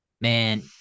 Man